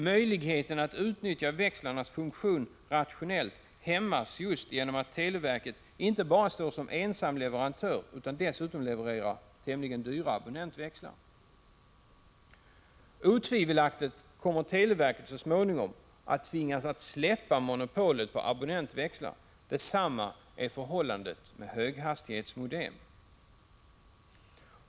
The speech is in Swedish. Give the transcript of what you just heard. Möjligheten att utnyttja växlarnas funktion rationellt hämmas genom att televerket inte bara står som ensam leverantör, utan dessutom levererar tämligen dyra abonnentväxlar. Otvivelaktigt kommer televerket så småningom att tvingas släppa monopolet på abonnentväxlar. Detsamma är förhållandet med höghastighetsmodem.